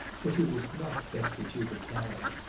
but she was not destitute of talent.